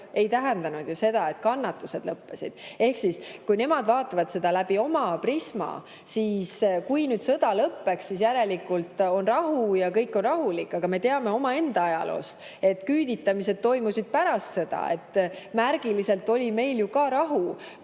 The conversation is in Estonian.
ei tähendanud ju seda, et kannatused lõppesid. Ehk kui nemad vaatavad seda läbi oma prisma, siis kui nüüd sõda lõpeks, oleks [nende arvates] järelikult rahu ja kõik oleks rahulik. Aga meie teame omaenda ajaloost, et küüditamised toimusid pärast sõda. Märgiliselt oli ka meil ju rahu,